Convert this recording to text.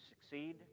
succeed